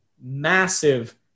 massive